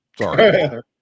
sorry